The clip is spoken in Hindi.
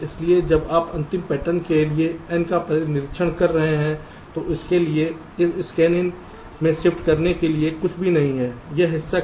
इसलिए जब आप अंतिम पैटर्न के लिए N का निरीक्षण कर रहे हैं तो उसके लिए इस Scanin में शिफ्ट करने के लिए कुछ भी नहीं है यह हिस्सा खाली हो जाएगा